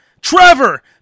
Trevor